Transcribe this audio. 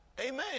Amen